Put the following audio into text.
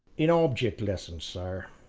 an object lesson, sir,